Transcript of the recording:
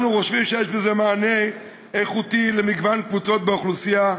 אנחנו חושבים שיש בזה מענה איכותי למגוון קבוצות באוכלוסייה,